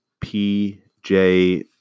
PJ